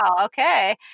okay